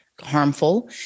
harmful